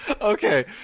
Okay